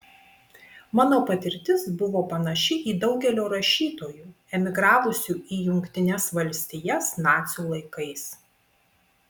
mano patirtis buvo panaši į daugelio rašytojų emigravusių į jungtines valstijas nacių laikais